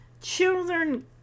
children